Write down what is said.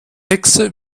hexe